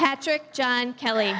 patrick john kelly